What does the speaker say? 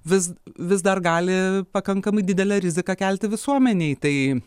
vis vis dar gali pakankamai didelę riziką kelti visuomenei tai